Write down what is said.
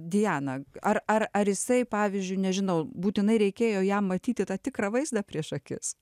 diana ar ar ar jisai pavyzdžiui nežinau būtinai reikėjo jam matyti tą tikrą vaizdą prieš akis